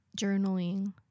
journaling